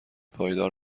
پایدار